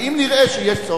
ואם נראה שיש צורך,